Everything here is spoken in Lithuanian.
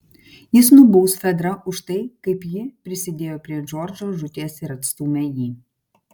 jis nubaus fedrą už tai kaip ji prisidėjo prie džordžo žūties ir atstūmė jį